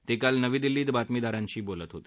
ते काल नवी दिल्लीत बातमीदारांशी बोलत होते